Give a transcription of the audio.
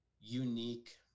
unique